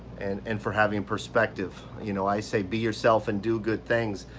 and and for having perspective. you know i say be yourself and do good things.